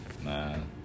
Man